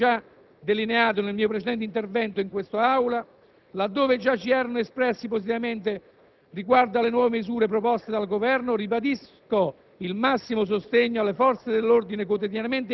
In conclusione, riconfermando quanto già delineato nel mio precedente intervento in quest'Aula, laddove già ci eravamo espressi positivamente riguardo alle nuove misure proposte dal Governo, ribadisco